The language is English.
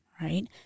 Right